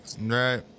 Right